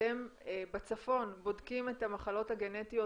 אתם בצפון בודקים את המחלות הגנטיות